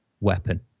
weapon